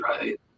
right